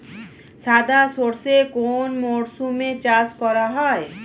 সাদা সর্ষে কোন মরশুমে চাষ করা হয়?